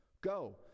Go